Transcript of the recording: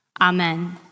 Amen